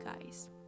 guys